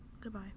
Goodbye